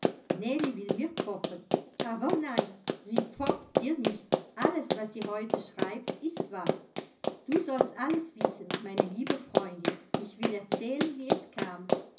will mir pfoppen aber nein sie pfoppt dir nicht alles was sie heute schreibt ist wahr du sollst alles wissen meine liebe freundin ich will erzählen wie es kam